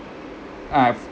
I've